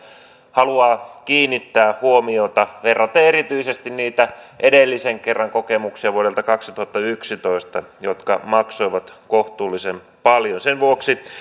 haluaa kiinnittää huomiota verraten erityisesti niitä edellisen kerran kokemuksia vuodelta kaksituhattayksitoista jotka maksoivat kohtuullisen paljon sen vuoksi